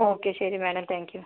okay ശരി madam thank you